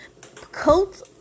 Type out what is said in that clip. coats